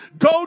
go